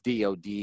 DOD